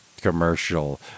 commercial